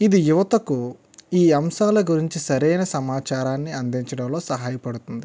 ఇది యువతకు ఈ అంశాల గురించి సరియైన సమాచారాన్ని అందించటంలో సహాయపడుతుంది